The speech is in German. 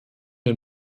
den